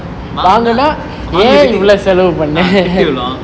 வாங்குனா வாங்க்ரது:vaanguna vangrathu ah திட்டு விழும்:thittu vilum